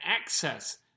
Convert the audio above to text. access